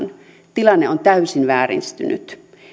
tilanne on täysin vääristynyt